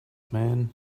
man